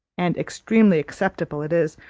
and extremely acceptable it is,